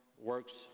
works